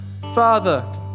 Father